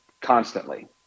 constantly